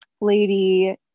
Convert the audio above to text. lady